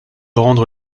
rendre